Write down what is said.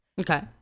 Okay